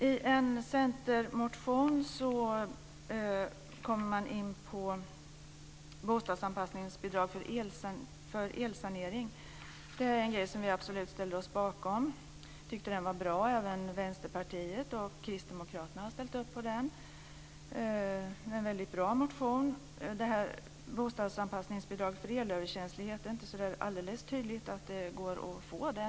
I en centermotion kommer man in på bostadsanpassningsbidrag för elsanering. Det är en grej som vi absolut ställer oss bakom. Vi tycker att detta är bra. Även Vänsterpartiet och Kristdemokraterna har ställt upp på motionen, som är väldigt bra. Det är inte så där alldeles tydligt att det går att få bostadsanpassningsbidrag för elöverkänslighet.